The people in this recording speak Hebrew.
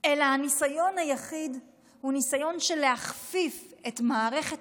אלא הניסיון היחיד הוא ניסיון להכפיף את מערכת